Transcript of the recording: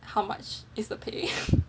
how much is the pay